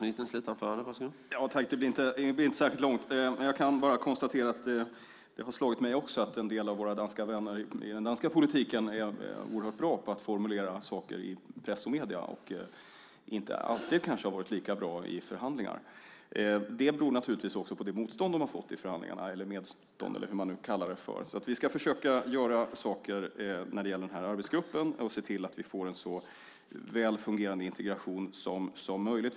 Herr talman! Mitt slutanförande blir inte särskilt långt. Det har slagit också mig att en del av våra vänner i den danska politiken är oerhört bra på att formulera saker i press och medier, men inte alltid har varit lika bra i förhandlingar. Det beror naturligtvis också på det motstånd de har fått i förhandlingarna - eller "medstånd" eller hur man nu kallar det. Vi ska försöka göra saker när det gäller den här arbetsgruppen och se till att vi får en så väl fungerande integration som möjligt.